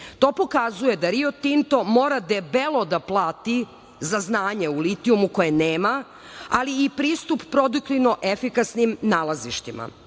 To pokazuje da „Rio Tinto“ mora debelo da plati za znanje u litijumu koje nema, ali i pristup produktivno-efikasnim nalazištima,